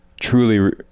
truly